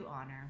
honor